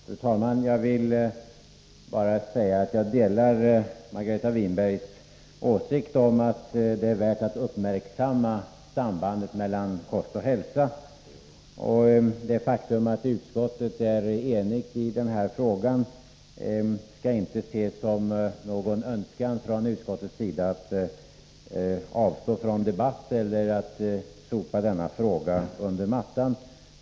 Fru talman! Jag vill bara säga att jag delar Margareta Winbergs åsikt om att det är värt att uppmärksamma sambandet mellan kost och hälsa. Det faktum att utskottet är enigt i den här frågan skall inte ses som någon önskan från utskottets sida att avstå från debatt eller att sopa denna fråga under mattan.